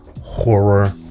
horror